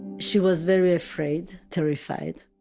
she was very afraid. terrified.